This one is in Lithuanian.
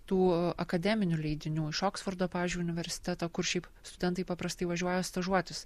tų akademinių leidinių iš oksfordo pavyzdžiui universiteto kur šiaip studentai paprastai važiuoja stažuotis